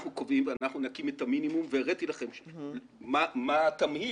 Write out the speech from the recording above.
אנחנו קובעים שאנחנו שנקים את המינימום והראיתי לכם מה התמהיל.